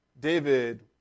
David